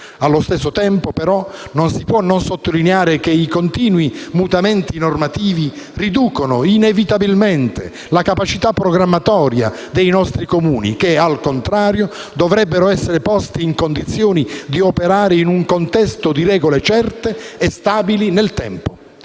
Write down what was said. Allo stesso tempo, però, non si può non sottolineare che i continui mutamenti normativi riducono inevitabilmente la capacità programmatoria dei nostri Comuni, che al contrario dovrebbero essere posti in condizione di operare in un contesto di regole certe e stabili nel tempo.